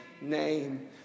name